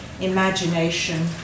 imagination